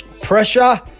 Pressure